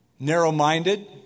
narrow-minded